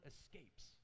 escapes